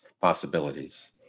possibilities